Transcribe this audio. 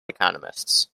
economists